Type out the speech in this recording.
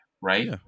Right